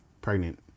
pregnant